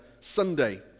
Sunday